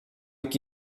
que